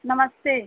नमस्ते